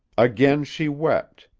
again she wept,